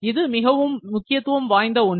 இது மிகவும் முக்கியத்துவம் வாய்ந்த ஒன்று